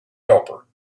helper